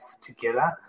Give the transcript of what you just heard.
together